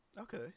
okay